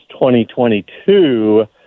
2022